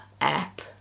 app